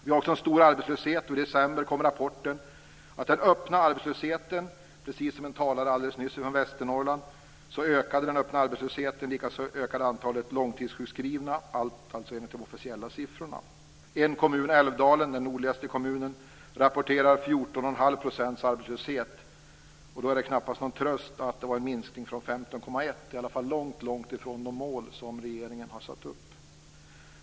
Vi har också en stor arbetslöshet. I december kom rapporten om att den öppna arbetslösheten ökade - precis som en talare från Västernorrland sade alldeles nyss - och likaså ökade antalet långtidssjukskrivna, enligt de officiella siffrorna. En kommun, Älvdalen, den nordligaste kommunen, rapporterar en arbetslöshet på 14,5 %. Då är det knappast någon tröst att det var en minskning från 15,1 %. Det är i varje fall långt, långt ifrån de mål som regeringen har satt upp.